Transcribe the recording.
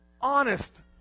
honest